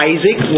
Isaac